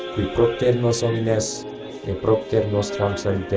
we pretend misogynist appropriate most transcendent